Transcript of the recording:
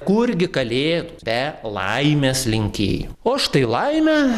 kurgi kalėdos be laimės linkėjim o štai laimę